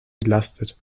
entlastet